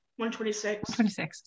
126